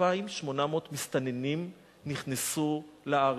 2,800 מסתננים נכנסו לארץ,